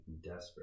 desperate